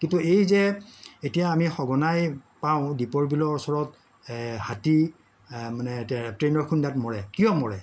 কিন্তু এই যে এতিয়া আমি সঘনাই পাওঁ দ্বীপৰ বিলৰ ওচৰত হাতী মানে ট্ৰেইনৰ খুন্দাত মৰে কিয় মৰে